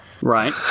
Right